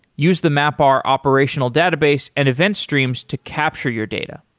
use the mapr operational database and event streams to capture your data.